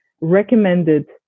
recommended